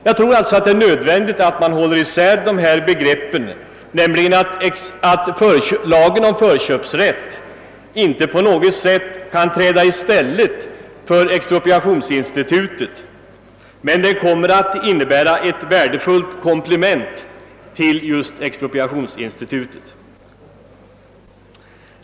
Jag tror alltså att det är nödvändigt att man håller isär dessa begrepp, nämligen att lagen om förköpsrätt inte på något sätt kan träda i stället för expropriationsinstitutet men kommer att innebära ett värdefullt komplement till just detta institut.